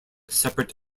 separate